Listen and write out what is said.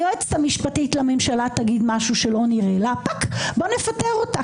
היועצת המשפטית לממשלה תגיד משהו שלא נראה לנו בואו נפטר אותה.